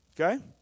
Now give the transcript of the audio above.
Okay